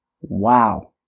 Wow